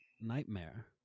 nightmare